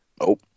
Nope